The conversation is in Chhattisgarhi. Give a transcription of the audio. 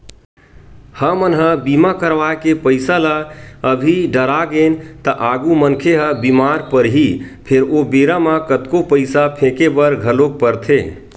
हमन ह बीमा करवाय के पईसा ल अभी डरागेन त आगु मनखे ह बीमार परही फेर ओ बेरा म कतको पईसा फेके बर घलोक परथे